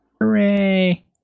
Hooray